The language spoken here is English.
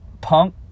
punk